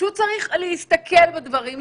פשוט צריך להסתכל בדברים,